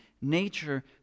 nature